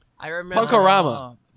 Punkorama